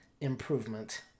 improvement